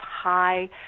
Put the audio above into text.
high